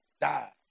die